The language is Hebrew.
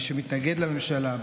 מי שמתנגד לממשלה.